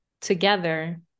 together